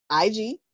ig